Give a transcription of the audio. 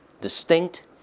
distinct